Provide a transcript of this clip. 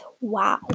Wow